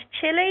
chili